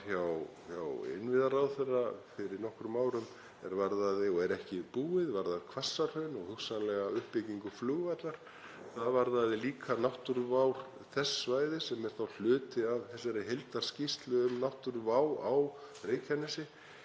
hjá innviðaráðherra fyrir nokkrum árum og er ekki búið varðaði Hvassahraun og hugsanlega uppbyggingu flugvallar. Það varðaði líka náttúruvá þess svæðis, sem er þá hluti af þessari heildarskýrslu um náttúruvá á Reykjanesi.